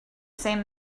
same